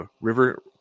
river